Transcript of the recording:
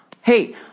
hey